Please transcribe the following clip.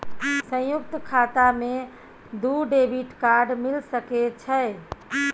संयुक्त खाता मे दू डेबिट कार्ड मिल सके छै?